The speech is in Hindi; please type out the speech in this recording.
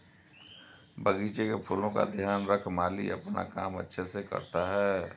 बगीचे के फूलों का ध्यान रख माली अपना काम अच्छे से करता है